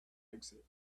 exit